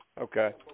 Okay